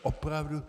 Opravdu